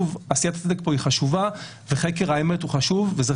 עשיית הצדק וחקר האמת הם חשובים והם